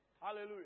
Hallelujah